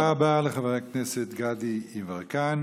תודה רבה לחבר הכנסת גדי יברקן.